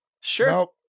Sure